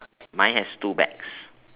mine has two bags